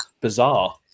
bizarre